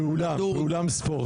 באולם ספורט.